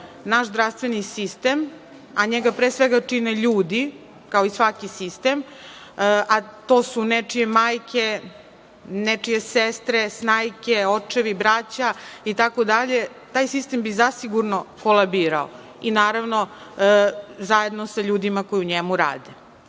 naš zdravstveni sistem, a njega, pre svega, čine ljudi, kao i svaki sistem, a to su nečije majke, nečije sestre, snajke, očevi, braća, itd., taj sistem bi zasigurno kolabirao i, naravno, zajedno sa ljudima koji u njemu